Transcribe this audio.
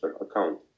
account